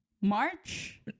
March